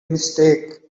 mistake